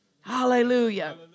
Hallelujah